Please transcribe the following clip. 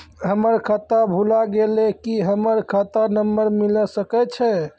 हमर खाता भुला गेलै, की हमर खाता नंबर मिले सकय छै?